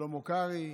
שלמה קרעי,